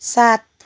सात